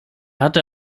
hatte